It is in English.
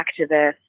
activist